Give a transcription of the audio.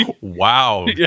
Wow